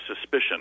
suspicion